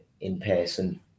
in-person